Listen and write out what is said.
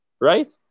right